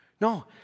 No